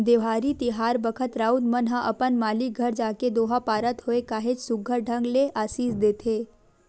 देवारी तिहार बखत राउत मन ह अपन मालिक घर जाके दोहा पारत होय काहेच सुग्घर ढंग ले असीस देथे